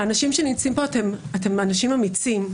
האנשים שנמצאים פה, אתם אנשים אמיצים.